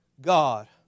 God